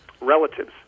relatives